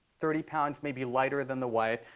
thirty pounds maybe lighter than the wife,